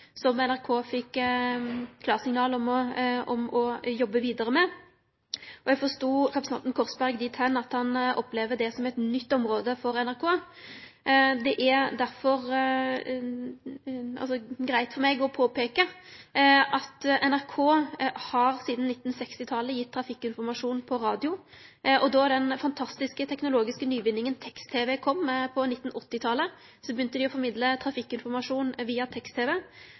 som NRK fekk klarsignal til å jobbe vidare med. Eg forstod representanten Korsberg slik at han opplever dette som eit nytt område for NRK. Det er derfor greitt for meg å peike på at NRK sidan 1960-talet har gitt trafikkinformasjon på radio. Og då den fantastiske teknologiske nyvinninga Tekst-TV kom på 1980-talet, begynte dei å formidle trafikkinformasjon via